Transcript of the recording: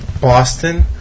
Boston